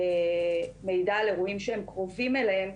מידע על אירועים שהם קרובים אליהם,